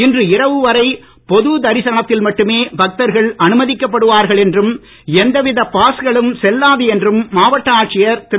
இன்று இரவு வரை பொதுதரிசனத்தில் மட்டுமே பக்தர்கள் அனுமதிக்கப்படுவார்கள் என்றும் எந்தவித பாஸ்களும் செல்லாது என்றும் மாவட்ட ஆட்சியர் திரு